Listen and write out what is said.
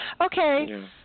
Okay